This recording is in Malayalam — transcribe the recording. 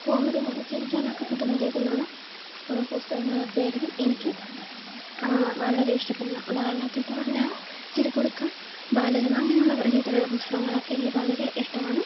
കോമഡി പോലെ ചിരിക്കാനൊക്കെ പറ്റുന്ന രീതിയിലുള്ള പുസ്തകങ്ങളൊക്കെയായിരിക്കും എനിക്ക് വളരെ ഇഷ്ടപ്പെടുന്നത് ഉദാഹരണമായിട്ട് പറഞ്ഞാൽ ചിരിക്കുടുക്ക ബാലരമ അങ്ങനെയുള്ള രീതിയിലുള്ള പുസ്തകങ്ങളൊക്കെ എനിക്ക് വളരെ ഇഷ്ടമാണ്